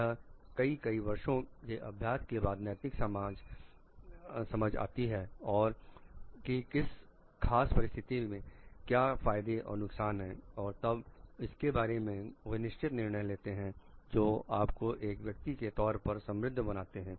यह कई कई वर्षों के अभ्यास के बाद नैतिक समाज आती है कि किसी खास परिस्थिति क्या फायदे और नुकसान हैं और तब इसके बारे में कोई निश्चित निर्णय लेते हैं जो आपको एक व्यक्ति के तौर पर समृद्ध बनाते हैं